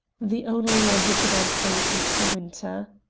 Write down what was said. the only one who could answer was mr. winter.